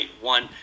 One